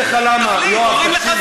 אגיד לך למה, יואב, תקשיב לי.